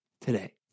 today